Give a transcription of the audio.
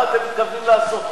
מה אתם מתכוונים לעשות?